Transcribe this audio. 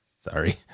Sorry